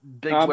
big